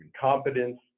competence